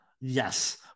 Yes